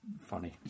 funny